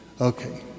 Okay